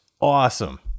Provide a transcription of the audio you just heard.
awesome